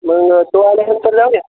मग तो आल्यानंतर जाऊया